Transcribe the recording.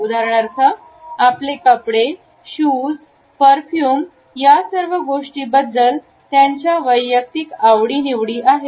उदाहरणार्थ आपले कपडे शूज परफ्युम या सर्व गोष्टींबद्दल त्याच्या वैयक्तिक आवडीनिवडी आहे